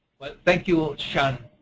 but thank you sean.